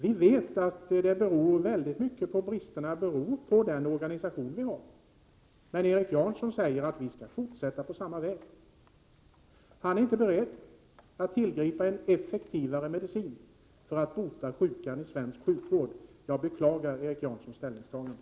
Vi vet att mycket av bristerna beror på den organisation vi har. Men Erik Janson säger att vi skall fortsätta på samma sätt. Han är inte beredd att tillgripa en effektivare medicin för att bota sjukan i svensk sjukvård. Jag beklagar Erik Jansons ställningstagande.